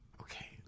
okay